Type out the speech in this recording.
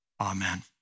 Amen